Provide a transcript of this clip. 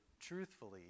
truthfully